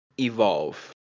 evolve